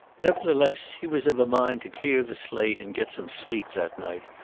nevertheless he was of a mind to clear the slate and get some sleep that night,